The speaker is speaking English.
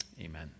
amen